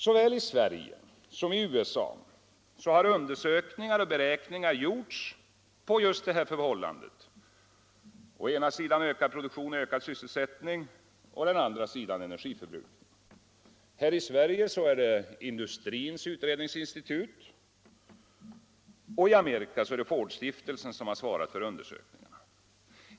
Såväl i Sverige som i USA har undersökningar och beräkningar gjorts på just det här förhållandet: å ena sidan ökad produktion/ökad sysselsättning och å andra sidan minskad energiförbrukning. Här i Sverige är det Industrins utredningsinstitut och i Amerika är det Fordstiftelsen som har svarat för undersökningarna.